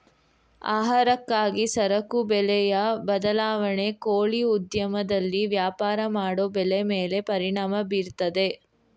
ಆಹಾರಕ್ಕಾಗಿ ಸರಕು ಬೆಲೆಯ ಬದಲಾವಣೆ ಕೋಳಿ ಉದ್ಯಮದಲ್ಲಿ ವ್ಯಾಪಾರ ಮಾಡೋ ಬೆಲೆ ಮೇಲೆ ಪರಿಣಾಮ ಬೀರ್ತದೆ